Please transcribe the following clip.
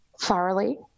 thoroughly